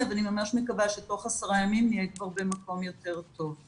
ואני ממש מקווה שבתוך עשרה ימים נהיה כבר במקום יותר טוב.